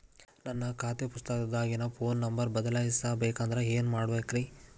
ನನ್ನ ಖಾತೆ ಪುಸ್ತಕದಾಗಿನ ಫೋನ್ ನಂಬರ್ ಬದಲಾಯಿಸ ಬೇಕಂದ್ರ ಏನ್ ಮಾಡ ಬೇಕ್ರಿ?